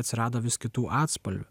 atsirado vis kitų atspalvių